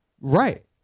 Right